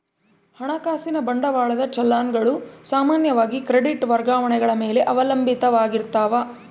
ಹಣಕಾಸಿನ ಬಂಡವಾಳದ ಚಲನ್ ಗಳು ಸಾಮಾನ್ಯವಾಗಿ ಕ್ರೆಡಿಟ್ ವರ್ಗಾವಣೆಗಳ ಮೇಲೆ ಅವಲಂಬಿತ ಆಗಿರ್ತಾವ